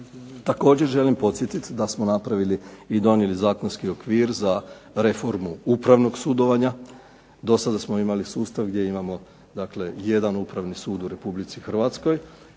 Također želim podsjetiti da smo napravili i donijeli zakonski okvir za reformu upravnog sudovanja, do sada smo imali sustav gdje imamo dakle jedan upravni sud u Republici Hrvatskoj